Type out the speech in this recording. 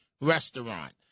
restaurant